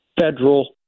federal